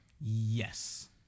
Yes